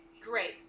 great